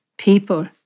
people